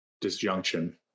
disjunction